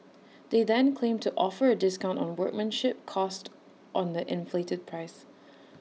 they then claim to offer A discount on workmanship cost on the inflated price